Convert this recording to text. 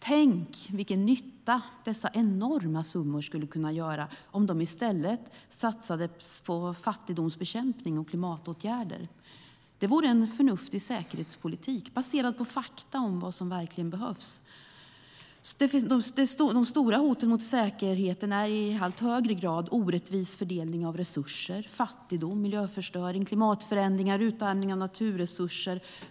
Tänk vilken nytta dessa enorma summor skulle kunna göra om de i stället satsades på fattigdomsbekämpning och klimatåtgärder! Det vore en förnuftig säkerhetspolitik baserad på fakta om vad som verkligen behövs. De stora hoten mot säkerheten är i allt högre grad orättvis fördelning av resurser, fattigdom, miljöförstöring, klimatförändringar och utarmning av naturresurser.